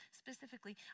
specifically